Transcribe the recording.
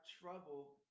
trouble